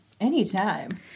Anytime